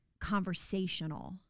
conversational